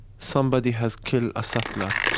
somebody has killed a settler.